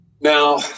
Now